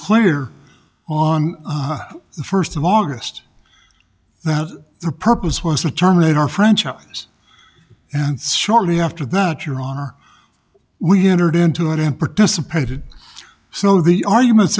clear on the first of august that the purpose was the terminator franchise and certainly after that your honor we entered into it and participated so the arguments